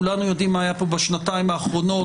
כולנו יודעים מה היה פה בשנתיים האחרונות.